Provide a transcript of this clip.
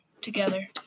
together